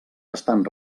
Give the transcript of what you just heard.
estan